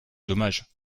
dommage